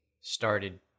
started